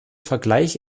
vergleich